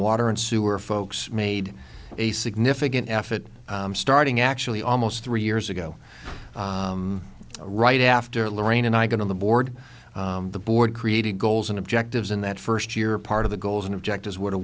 water and sewer folks made a significant f it starting actually almost three years ago right after loraine and i got on the board the board created goals and objectives in that first year part of the goals and objectives w